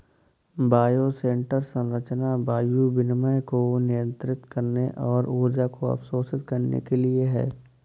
bioshelter संरचना वायु विनिमय को नियंत्रित करने और ऊर्जा को अवशोषित करने के लिए है